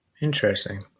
Interesting